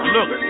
Look